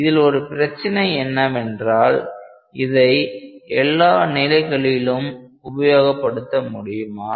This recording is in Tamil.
இதில் ஒரு பிரச்சினை என்னவென்றால் இதை எல்லா நிலைகளிலும் உபயோகப்படுத்த முடியுமா